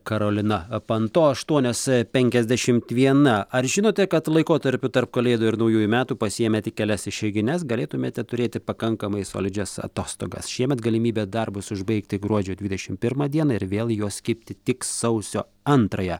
karolina panto aštuonios penkiasdešimt viena ar žinote kad laikotarpiu tarp kalėdų ir naujųjų metų pasiėmę tik kelias išeigines galėtumėte turėti pakankamai solidžias atostogas šiemet galimybė darbus užbaigti gruodžio dvidešimt pirmą dieną ir vėl į juos kibti tik sausio antrąją